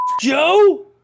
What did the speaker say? Joe